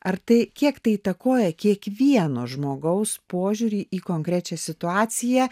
ar tai kiek tai įtakoja kiekvieno žmogaus požiūrį į konkrečią situaciją